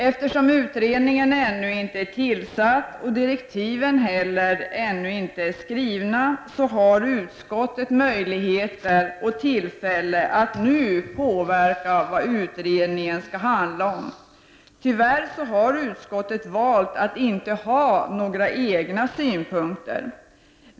Eftersom utredningen ännu inte är tillsatt och direktiven inte heller är skrivna, har justitieutskottet nu möjligheter och tillfälle att påverka vad utredningen skall handla om. Tyvärr har utskottet valt att inte ha några egna synpunkter.